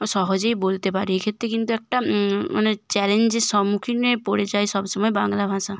সহজেই বলতে পারি এক্ষেত্রে কিন্তু একটা মানে চ্যালেঞ্জের সম্মুখীনের পরিচয় সব সময় বাংলা ভাষা